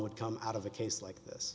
would come out of a case like this